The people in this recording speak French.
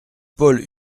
paul